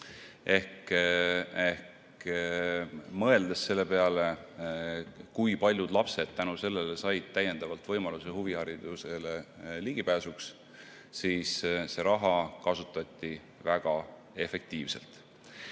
Ehk mõeldes selle peale, kui paljud lapsed tänu sellele said täiendavalt võimaluse pääseda huviharidusele ligi, näeme, et seda raha kasutati väga efektiivselt. Seda